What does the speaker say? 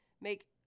make